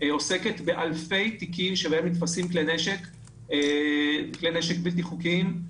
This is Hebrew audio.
עוסקת באלפי תיקים שבהם נתפסים כלי נשק בלתי חוקיים.